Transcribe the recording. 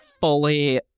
fully